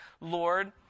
Lord